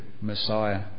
Messiah